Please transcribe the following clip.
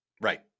Right